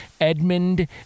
Edmund